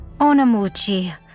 Onamuchi